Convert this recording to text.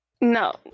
No